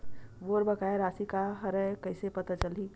मोर बकाया राशि का हरय कइसे पता चलहि?